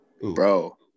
bro